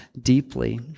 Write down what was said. deeply